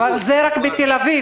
אבל זה רק בתל אביב.